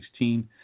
2016